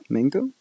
Mango